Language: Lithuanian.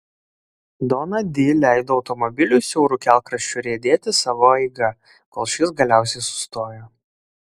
dona di leido automobiliui siauru kelkraščiu riedėti savo eiga kol šis galiausiai sustojo